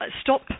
stop